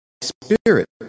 Spirit